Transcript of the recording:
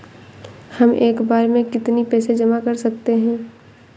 हम एक बार में कितनी पैसे जमा कर सकते हैं?